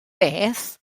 beth